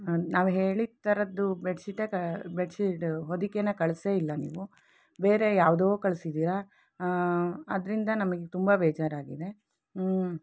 ನಾವು ಹೇಳಿದ್ದ ಥರದ್ದು ಬೆಡ್ಶೀಟೇ ಕ ಬೆಡ್ಶೀಟು ಹೊದಿಕೇನ ಕಳಿಸೇ ಇಲ್ಲ ನೀವು ಬೇರೆ ಯಾವುದೋ ಕಳ್ಸಿದ್ದೀರಾ ಅದರಿಂದ ನಮಗೆ ತುಂಬ ಬೇಜಾರಾಗಿದೆ